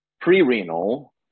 pre-renal